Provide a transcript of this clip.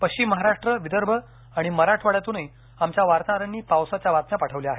पश्चिम महाराष्ट्र विदर्भ आणि मराठवाङ्यातूनही आमच्या वार्ताहरांनी पावसाच्या बातम्या पाठवल्या आहेत